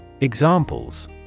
Examples